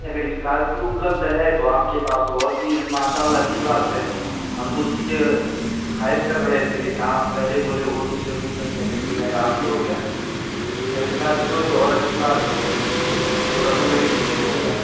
نہیں اگر اسکارپیو اپلبدھ ہے تو آپ کے پاس تو اور بھی ماشاء اللہ اچھی بات ہے ہم تو اسی کے خواہش کر رہے تھے لیکن آپ پہلے بولے اوٹو سے گھوم سکتے ہیں تو اسی لیے میں راضی ہوگیا اگر اسکارپیو ہے تو اور اچھی بات ہے جو رقم لگے گی میں دوں گا